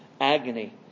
agony